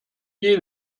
geht